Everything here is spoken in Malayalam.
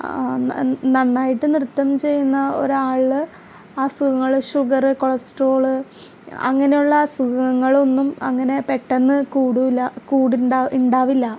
നന്നായിട്ട് നൃത്തം ചെയ്യുന്ന ഒരാള് അസുഖങ്ങള് ഷുഗറ് കൊളസ്ട്രോള് അങ്ങനെയുള്ള അസുഖങ്ങളൊന്നും അങ്ങനെ പെട്ടെന്ന് കൂടുകയില്ല കൂട് ഉണ്ട ഉണ്ടാകില്ല